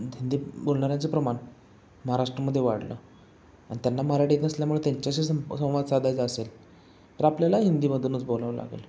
हिंदी बोलणाऱ्यांचं प्रमाण महाराष्ट्रामध्ये वाढलं आणि त्यांना मराठी येत नसल्यामुळे त्यांच्याशी संवाद साधायचा असेल तर आपल्याला हिंदीमधूनच बोलावं लागेल